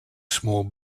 small